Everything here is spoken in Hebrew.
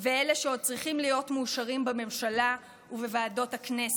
ושל אלה שעוד צריכים להיות מאושרים בממשלה ובוועדות הכנסת.